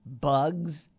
bugs